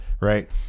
Right